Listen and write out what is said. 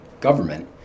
government